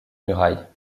murailles